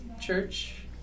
church